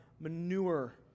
manure